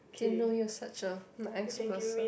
didn't know you were such a nice person